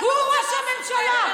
הוא ראש הממשלה.